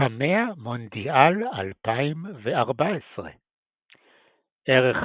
קמע מונדיאל 2014 ערך